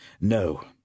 No